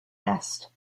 nest